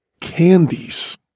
candies